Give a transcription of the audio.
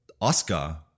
Oscar